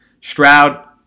Stroud